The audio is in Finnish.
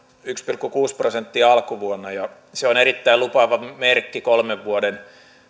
yksi pilkku kuusi prosenttia alkuvuonna ja se on erittäin lupaava merkki kolmen vuoden